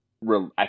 real